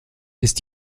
ist